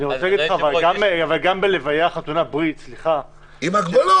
אבל גם בלוויה, חתונה, ברית -- עם הגבלות.